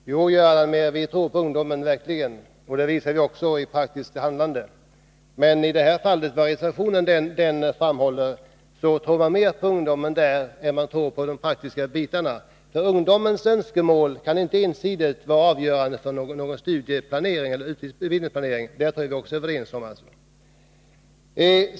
Fru talman! Jo, Göran Allmér, vi tror på ungdomen. Det visar vi också i praktiskt handlande. Men i reservationen kommer inte tron på ungdomen fram när det gäller de praktiska bitarna. Ungdomarnas önskemål kan inte ensidigt få vara avgörande för studieplaneringen. Detta är vi överens om.